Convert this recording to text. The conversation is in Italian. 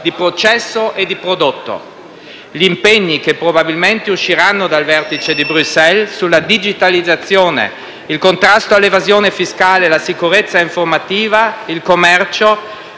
di processo e di prodotto. Gli impegni che probabilmente usciranno dal vertice di Bruxelles sulla digitalizzazione, il contrasto all'evasione fiscale, la sicurezza informativa e il commercio